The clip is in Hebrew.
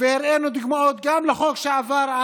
והראינו דוגמאות גם לחוק שעבר,